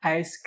Ice